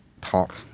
talk